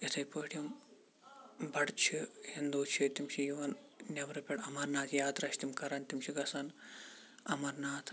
اِتھے پٲٹھۍ یِم بَٹہٕ چھِ ہِندوٗ چھِ تِم چھِ یِوان نٮ۪برٕ پٮ۪ٹھ اَمَرناتھ یاترا چھِ تم کَران تِم چھِ گَژھان اَمَرناتھ